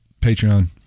Patreon